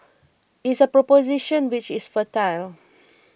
it's a proposition which is fertile